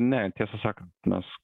ne tiesą sakant mes